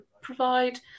provide